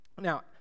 Now